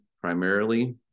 primarily